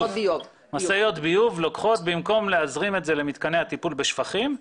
במקום להזרים את זה למתקני הטיפול בשפכים,